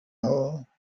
hole